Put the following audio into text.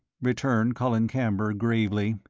returned colin camber, gravely.